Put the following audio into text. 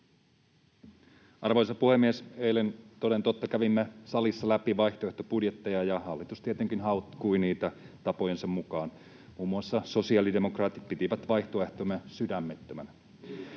Arvoisa puhemies! Eilen toden totta kävimme salissa läpi vaihtoehtobudjetteja, ja hallitus tietenkin haukkui niitä tapojensa mukaan. Muun muassa sosiaalidemokraatit pitivät vaihtoehtoamme sydämettömänä.